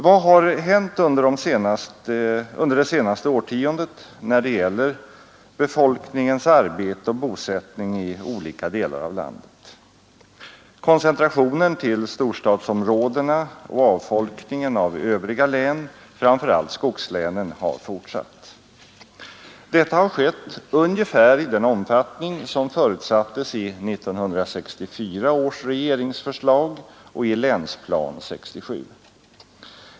Vad har hänt under det senaste årtiondet när det gäller befolkningens arbete och bosättning i olika delar av landet? Koncentrationen till storstadsområdena och avfolkningen av övriga län, framför allt skogslänen, har fortsatt. Detta har skett ungefär i den omfattning som förutsattes i 1964 års regeringsförslag och i Länsplan 67.